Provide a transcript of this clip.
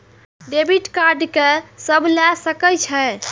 Debit card के सब ले सके छै?